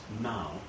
now